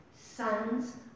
sons